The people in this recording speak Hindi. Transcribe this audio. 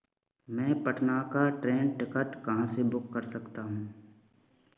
मैं पटना का ट्रेन टिकट कहाँ से बुक कर सकता हूँ